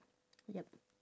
yup